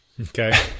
Okay